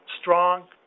strong